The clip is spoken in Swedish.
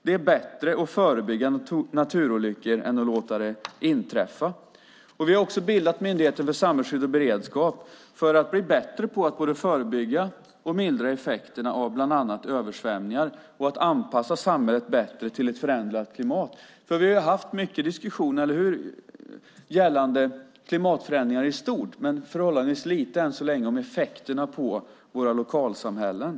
Det är bättre att förebygga olyckor än att låta dem inträffa. Vi har också bildat Myndigheten för samhällsskydd och beredskap för att bli bättre på att både förebygga och mildra effekterna av bland annat översvämningar och att anpassa samhället bättre till ett förändrat klimat. Vi har haft mycket diskussioner gällande klimatförändringar i stort men än så länge ganska lite diskussioner om effekterna på våra lokalsamhällen.